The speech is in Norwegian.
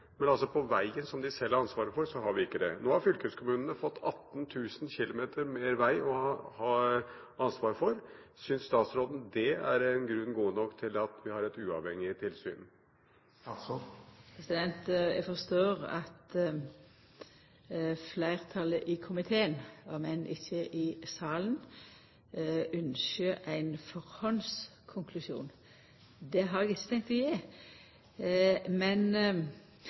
men altså på veien, som de selv har ansvaret for, har en ikke det. Nå har fylkeskommunene fått 18 000 km mer vei å ha ansvar for. Syns statsråden det er grunn god nok til at vi har et uavhengig tilsyn? Eg forstår at fleirtalet i komiteen, om enn ikkje i salen, ynskjer ein førehandskonklusjon. Det har eg ikkje tenkt å gje. Men